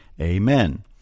Amen